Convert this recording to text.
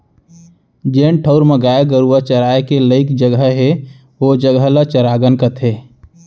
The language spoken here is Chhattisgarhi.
जेन ठउर म गाय गरूवा चराय के लइक जघा हे ओ जघा ल चरागन कथें